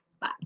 Bye